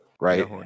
Right